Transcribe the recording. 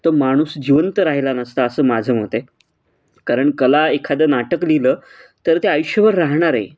तर माणूस जिवंत राहिला नसता असं माझं मत आहे कारण कला एखादं नाटक लिहिलं तर ते आयुष्यभर राहणार आहे